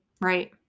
Right